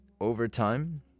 overtime